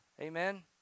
Amen